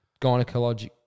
gynecologic